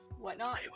whatnot